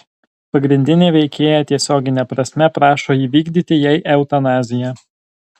pagrindinė veikėja tiesiogine prasme prašo įvykdyti jai eutanaziją